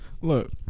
Look